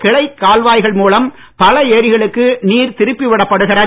கிளைக் கால்வாய்கள் மூலம் பல ஏரிகளுக்கு நீர் திருப்பிவிடப் படுகிறது